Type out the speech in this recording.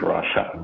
Russia